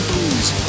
Booze